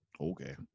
Okay